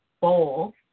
bowl